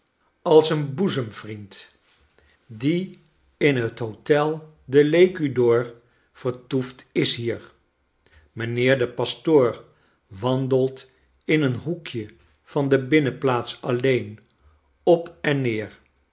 als een boedooe feankrijk zemvriend die in het hotel del'e cud'or vertoeft is hier mijnheer de pastqor wandelt in een hoekje van de binnenplaats alleen op en neer